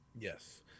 Yes